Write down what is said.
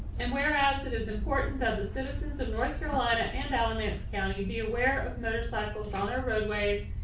and whereas it is important that the citizens of north carolina and alamance county be aware of motorcycles on our roadways,